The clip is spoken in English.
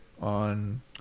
on